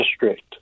district